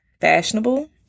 fashionable